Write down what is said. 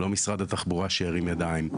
לא משרד התחבורה שהרים ידיים,